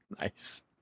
Nice